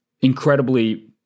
incredibly